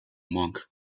monk